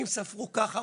אם ספרו ככה,